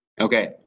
Okay